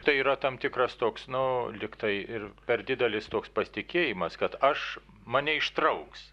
tai yra tam tikras toks nuo lygtai ir per didelis toks pasitikėjimas kad aš mane ištrauks